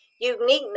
uniqueness